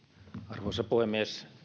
arvoisa puhemies